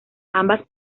ambas